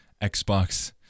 Xbox